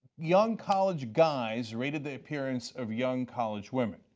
young college guys rated the appearance of young college women.